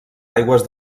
aigües